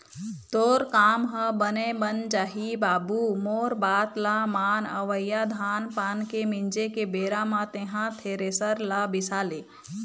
तोर काम ह बने बन जाही बाबू मोर बात ल मान अवइया धान पान के मिंजे के बेरा म तेंहा थेरेसर ल बिसा ले